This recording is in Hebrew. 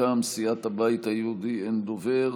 מטעם סיעת הבית היהודי אין דובר.